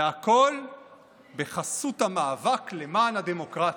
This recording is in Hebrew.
והכול בחסות המאבק למען הדמוקרטיה.